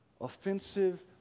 offensive